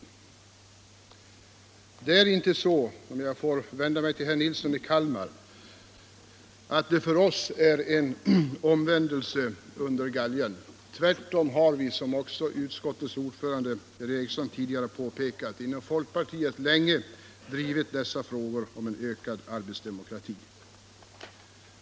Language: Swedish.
För oss är det inte, som herr Nilsson i Kalmar påstod, en omvändelse under galgen. Tvärtom har vi, som också utskottets ordförande herr Eriksson i Arvika påpekade, inom folkpartiet länge drivit frågorna om en ökad arbetsdemokrati.